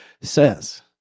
says